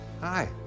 Hi